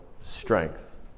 strength